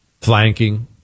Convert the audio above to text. flanking